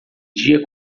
dia